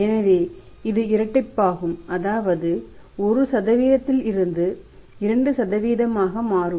எனவே இது இரட்டிப்பாகும் அதாவது இது 1 இல் இருந்து 2 ஆக மாறும்